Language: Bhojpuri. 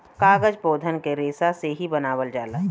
कागज पौधन के रेसा से ही बनावल जाला